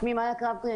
שמי מאיה קרבטרי,